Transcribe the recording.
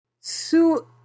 Su